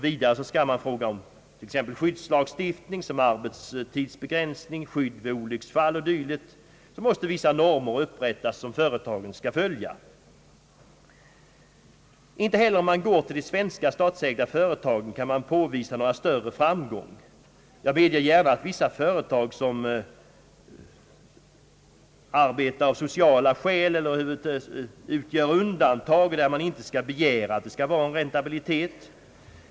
Vidare skall i fråga om skyddslagstiftning, såsom arbetstidsbegräns ning, skydd vid olycksfall o. d., vissa normer upprättas som företagen måste följa. Inte heller om man går till de svenska statsägda företagen kan man påvisa någon större framgång. Jag medger gärna att vissa företag som staten av sociala skäl övertagit utgör undantag där man ibland inte kan begära räntabilitet.